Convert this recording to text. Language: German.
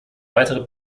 weitere